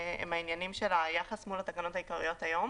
הם העניינים של היחס מול התקנות העיקריות היום,